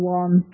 one